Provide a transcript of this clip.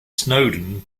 snowdon